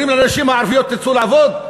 אומרים לנשים הערביות: תצאו לעבוד?